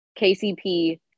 KCP